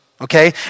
okay